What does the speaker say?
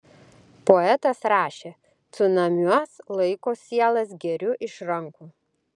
poetas rašė cunamiuos laiko sielas geriu iš rankų